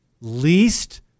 least